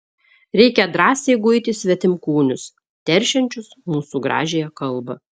reikia drąsiai guiti svetimkūnius teršiančius mūsų gražiąją kalbą